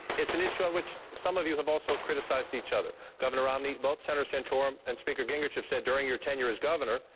it's an issue on which some of you have also criticized each other. governor romney, both senator santorum and speaker gingrich have said during your tenure as governor,